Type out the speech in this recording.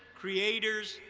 creators,